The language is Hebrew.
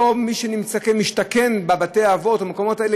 למי שמשתכן בבתי-האבות ובמקומות האלה,